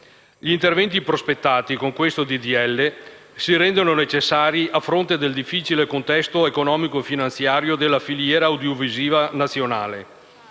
Gli interventi prospettati con il disegno di legge in esame si rendono necessari a fronte del difficile contesto economico-finanziario della filiera audiovisiva nazionale.